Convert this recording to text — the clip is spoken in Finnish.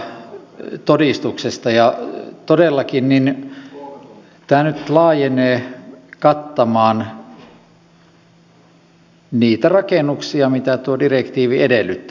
aloitan tästä energiatodistuksesta ja todellakin tämä nyt laajenee kattamaan niitä rakennuksia mitä tuo direktiivi edellyttää